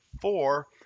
Four